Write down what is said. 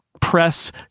press